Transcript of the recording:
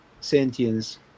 sentience